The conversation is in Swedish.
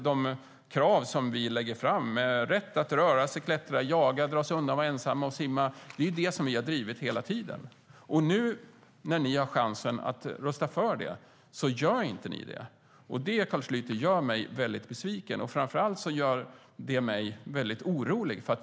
De krav som vi lägger fram, rätt att röra sig, klättra, jaga, dra sig undan, vara ensam och simma, har vi drivit hela tiden. Nu när ni har chansen att rösta för gör ni inte det. Det, Carl Schlyter, gör mig besviken. Framför allt blir jag orolig.